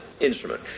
Instrument